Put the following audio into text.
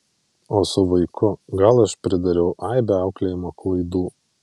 o su vaiku gal aš pridariau aibę auklėjimo klaidų